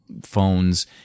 phones